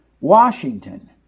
Washington